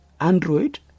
Android